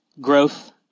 growth